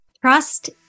Trust